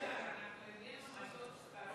אנחנו הבאנו,